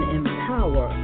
empower